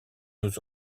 nous